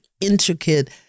intricate